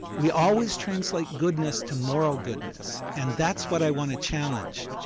we always translate goodness to moral goodness, and that's what i want to challenge.